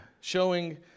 showing